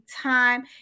time